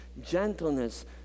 gentleness